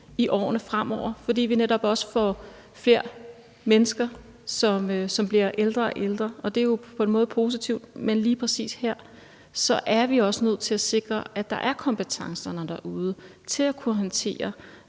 i årene fremover, fordi vi netop også får flere mennesker, som bliver ældre og ældre, og det er jo på en måde positivt. Men lige præcis her er vi også nødt til at sikre, at kompetencerne er der derude til at kunne håndtere